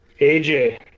AJ